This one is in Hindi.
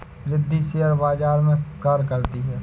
रिद्धी शेयर बाजार में कार्य करती है